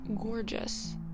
gorgeous